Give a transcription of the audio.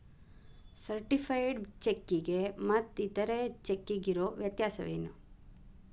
Certified ಚೆಕ್ಕಿಗೆ ಮತ್ತ್ ಇತರೆ ಚೆಕ್ಕಿಗಿರೊ ವ್ಯತ್ಯಸೇನು?